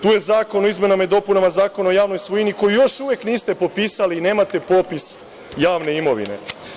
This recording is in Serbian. Tu je Zakon o izmenama i dopunama Zakona o javnoj svojini koju još uvek niste potpisali, nemate popis javne imovine.